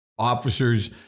Officers